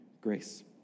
grace